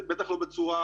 בטח לא בצורה